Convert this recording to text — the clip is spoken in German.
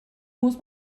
muss